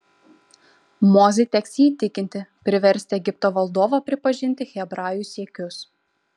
mozei teks jį įtikinti priversti egipto valdovą pripažinti hebrajų siekius